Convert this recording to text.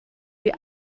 die